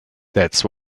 that’s